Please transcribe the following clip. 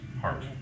heart